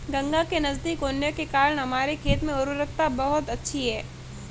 गंगा के नजदीक होने के कारण हमारे खेत में उर्वरता बहुत अच्छी है